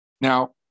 Now